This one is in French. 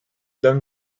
dame